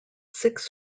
six